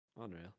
Unreal